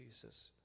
Jesus